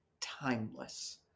timeless